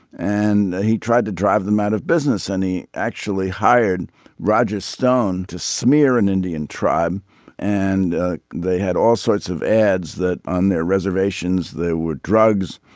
and he tried to drive them out of business and he actually hired roger stone to smear an indian tribe and they had all sorts of ads that on their reservations there were drugs.